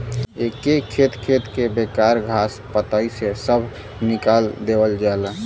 एके खेत के बेकार घास पतई से सभ निकाल देवल जाला